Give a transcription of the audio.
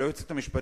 עכשיו?